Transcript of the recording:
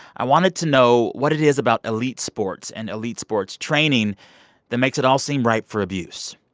i wanted to know what it is about elite sports and elite sports training that makes it all seem ripe for abuse.